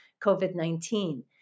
COVID-19